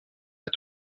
pas